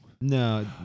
No